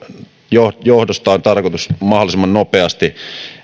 minkä johdosta on tarkoitus mahdollisimman nopeasti